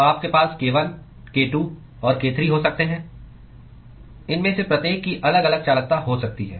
तो आपके पास k1 k2 और k3 हो सकते हैं इनमें से प्रत्येक की अलग अलग चालकता हो सकती है